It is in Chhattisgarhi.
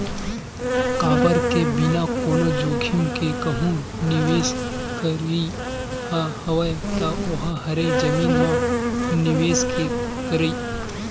काबर के बिना कोनो जोखिम के कहूँ निवेस करई ह हवय ता ओहा हरे जमीन म निवेस के करई